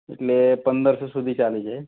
એટલે પંદરસો સુધી ચાલી જાય